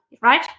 right